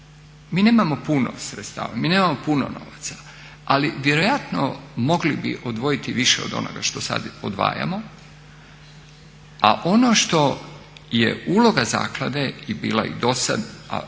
mi nemamo puno sredstava, mi nemamo puno novaca ali vjerojatno mogli bi odvojiti više od onoga što sada odvajamo. A ono što je uloga zaklade i bila i do sada a